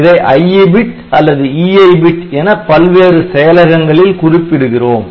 இதை IE bit அல்லது EI bit என பல்வேறு செயலகங்களில் குறிப்பிடுகிறோம்